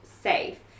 safe